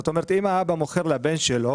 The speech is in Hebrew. זאת אומרת, אם האבא מוכר לבן שלו